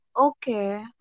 Okay